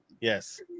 Yes